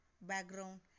background